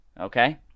Okay